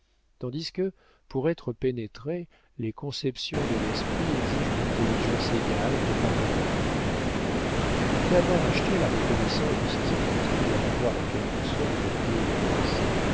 tandis que pour être pénétrées les conceptions de l'esprit exigent une intelligence égale de part et d'autre après avoir acheté la reconnaissance de ses héritiers et leur avoir en quelque sorte clos la bouche